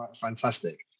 fantastic